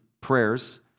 prayers